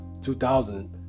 2000